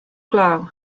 glaw